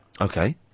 Okay